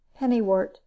pennywort